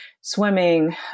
swimming